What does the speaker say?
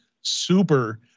super